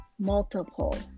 multiple